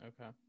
okay